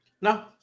No